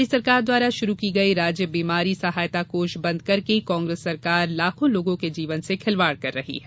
हमारी सरकार द्वारा शुरू की गई राज्य बीमारी सहायता कोष बंद करके कांग्रेस सरकार लाखों लोगो के जीवन से खिलवाड़ कर रही है